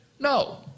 No